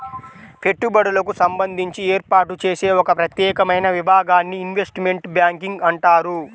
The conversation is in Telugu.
పెట్టుబడులకు సంబంధించి ఏర్పాటు చేసే ఒక ప్రత్యేకమైన విభాగాన్ని ఇన్వెస్ట్మెంట్ బ్యాంకింగ్ అంటారు